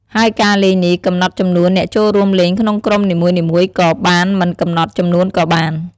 ហើយការលេងនេះ កំណត់ចំនួនអ្នកចូលរួមលេងក្នុងក្រុមនីមួយៗក៏បានមិនកំណត់ចំនួនក៏បាន។